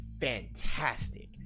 fantastic